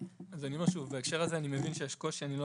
אני אומר שוב: בהקשר הזה אני מבין שיש קושי ולא